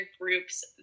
groups